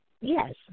Yes